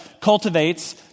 cultivates